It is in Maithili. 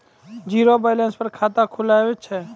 जीरो बैलेंस पर खाता खुले छै?